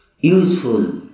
useful